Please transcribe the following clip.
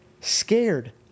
scared